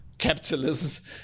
capitalism